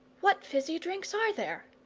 what fizzy drinks are there?